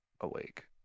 awake